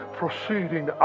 proceeding